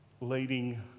leading